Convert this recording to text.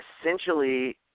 essentially